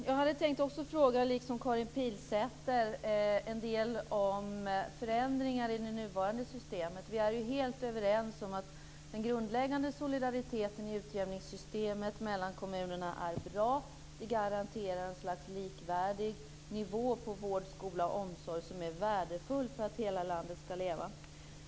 Fru talman! Ministern! Jag hade liksom Karin Pilsäter tänkt fråga om förändringar i det nuvarande systemet. Vi är helt överens om att den grundläggande solidariteten i utjämningssystemet mellan kommunerna är bra. Det garanterar ett slags likvärdig nivå på vård, skola och omsorg som är värdefull för att hela landet skall leva.